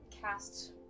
cast